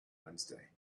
wednesday